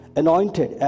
anointed